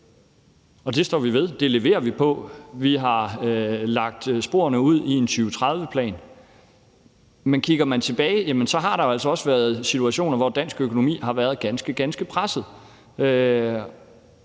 og det står vi ved. Det leverer vi på. Vi har lagt sporene ud i en 2030-plan. Men kigger man tilbage, har der jo altså også været situationer, hvor dansk økonomi har været ganske, ganske presset.